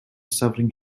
suffering